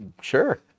sure